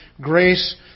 grace